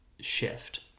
shift